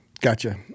Gotcha